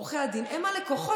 עורכי הדין הם הלקוחות.